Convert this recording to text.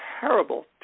terrible